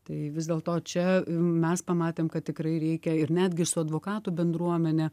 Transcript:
tai vis dėl to čia mes pamatėm kad tikrai reikia ir netgi su advokatų bendruomene